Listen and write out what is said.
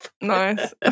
nice